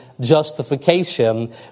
justification